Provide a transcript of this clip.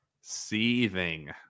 seething